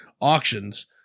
auctions